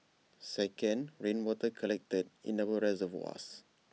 second rainwater collected in our reservoirs